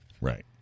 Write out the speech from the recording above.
Right